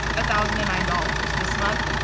ah thousand and nine dollars this month,